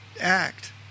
act